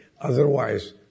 Otherwise